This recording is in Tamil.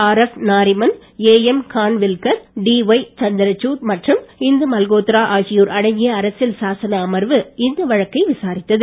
RF Nariman AM Khanwilkar DY Chandrachud மற்றும் இந்து மல்ஹோத்ரா ஆகியோர் அடங்கிய அரசியல் சாசன அமர்வு இந்த வழக்கை விசாரித்தது